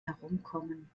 herumkommen